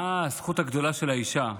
מה הזכות הגדולה של האישה?